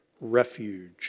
refuge